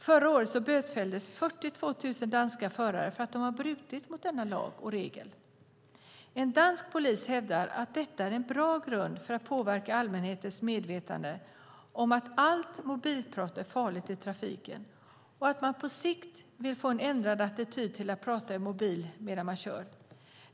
Förra året bötfälldes 42 000 danska förare för att de brutit mot denna lag och regel. En dansk polis hävdar att detta är en bra grund för att påverka allmänhetens medvetande om att allt mobilprat är farligt i trafiken och att man på sikt vill få en ändrad attityd till att människor pratar i mobil medan de kör.